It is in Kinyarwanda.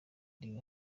uri